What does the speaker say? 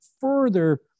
further